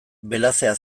belazea